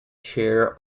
chair